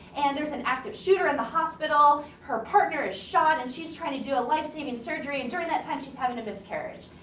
and there's an active shooter in the hospital. her partner is shot and she's trying to do a life-saving surgery. and during that time she's having a miscarriage.